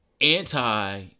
Anti